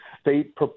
state